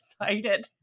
excited